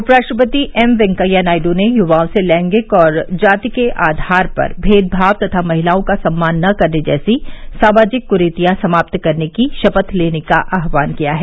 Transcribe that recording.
उपराष्ट्रपति एम वेंकैया नायडू ने यूवाओं से लैंगिक और जाति के आधार पर भेदभाव तथा महिलाओं का सम्मान न करने जैसी सामाजिक क्रीतियां समाप्त करने की शपथ लेने का आह्वान किया है